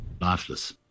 lifeless